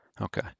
Okay